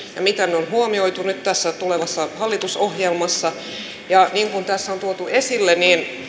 ja se miten ne on huomioitu nyt tässä tulevassa hallitusohjelmassa niin kuin tässä on tuotu esille